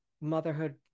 motherhood